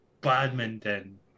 badminton